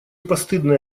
постыдные